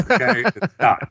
Okay